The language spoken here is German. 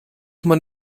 man